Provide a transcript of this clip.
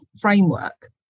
framework